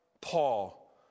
Paul